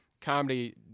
comedy